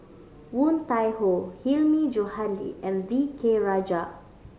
Woon Tai Ho Hilmi Johandi and V K Rajah